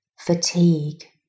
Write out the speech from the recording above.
fatigue